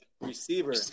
receiver